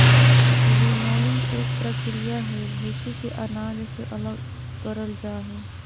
winnowing एक प्रक्रिया हई, भूसी के अनाज से अलग करल जा हई